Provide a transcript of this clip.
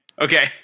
Okay